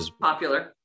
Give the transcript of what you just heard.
popular